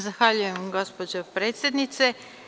Zahvaljujem, gospođo predsednice.